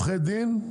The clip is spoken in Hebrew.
עורכי דין,